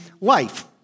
life